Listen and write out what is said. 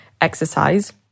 exercise